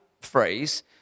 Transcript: phrase